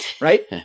right